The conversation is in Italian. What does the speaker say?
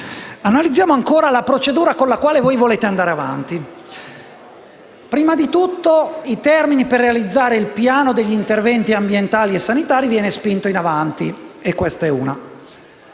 Analizziamo la procedura con cui intendete andare avanti. Prima di tutto, il termine per realizzare il piano degli interventi ambientali e sanitari viene spinto in avanti, e questo è un